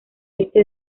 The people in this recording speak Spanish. este